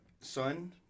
son